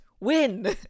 win